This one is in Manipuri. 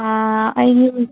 ꯑꯩꯒꯤꯕꯨꯗꯤ